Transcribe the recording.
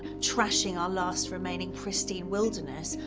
trashing our last remaining pristine wilderness,